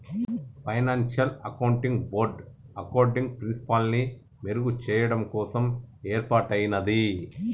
financial accounting board accounting ప్రిన్సిపల్స్ని మెరుగుచెయ్యడం కోసం యేర్పాటయ్యినాది